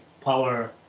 power